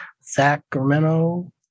Sacramento